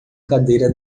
cadeira